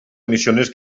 missioners